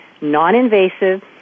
non-invasive